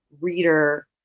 reader